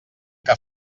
que